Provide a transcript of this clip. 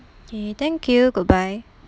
okay thank you goodbye